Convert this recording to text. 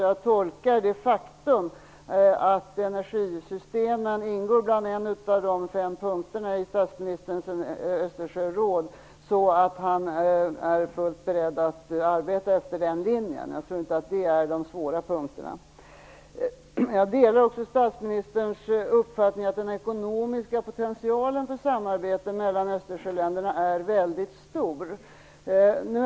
Jag tolkar det faktum att energisystemen ingår som en av de fem punkterna i statsministerns Östersjöråd så att han är fullt beredd att arbeta efter den linjen. Jag tror inte att detta hör till de svåra punkterna. För det andra delar jag statsministerns uppfattning att den ekonomiska potentialen för samarbete mellan Östersjöländerna är väldigt stor.